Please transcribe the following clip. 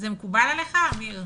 זה מקובל עליך, אמיר?